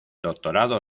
doctorado